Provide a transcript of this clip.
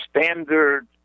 standard